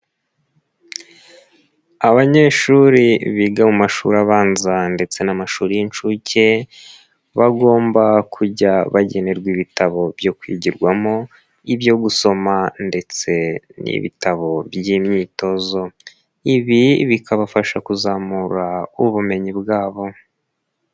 Abanyeshuri biga mu mashuri abanza ndetse n'amashuri y'inshuke bagomba kujya bagenerwa ibitabo byo kwigirwamo, ibyo gusoma ndetse n'ibitabo by'imyitozo, ibi bikabafasha kuzamura ubumenyi bwabo.